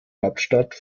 hauptstadt